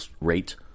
rate